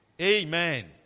Amen